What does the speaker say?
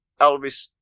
elvis